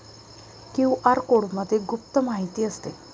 QR कोडमध्ये गुप्त माहिती असते